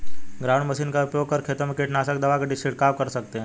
ground machine का उपयोग कर खेतों में कीटनाशक दवा का झिड़काव कर सकते है